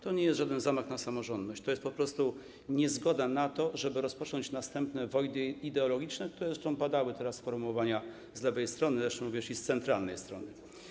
To nie jest żaden zamach na samorządność, to jest po prostu niezgoda na to, żeby rozpocząć następne wojny ideologiczne, takie zresztą padały formułowania z lewej strony, również z centralnej strony.